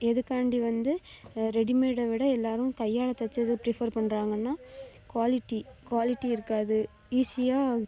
எதுக்காண்டி வந்து ரெடிமேடை விட எல்லோரும் கையால் தச்சதை ப்ரிஃப்பர் பண்றாங்கன்னால் குவாலிட்டி குவாலிட்டி இருக்காது ஈஸியாக